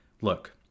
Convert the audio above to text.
look